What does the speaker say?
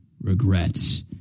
regrets